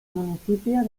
municipio